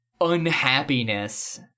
unhappiness